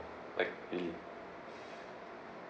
like really